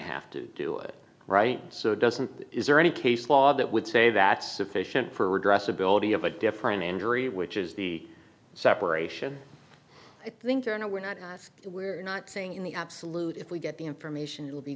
have to do it right so doesn't is there any case law that would say that sufficient for redress ability of a different injury which is the separation i think there are no we're not we're not saying in the absolute if we get the information it will be